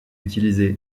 utilisés